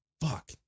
fuck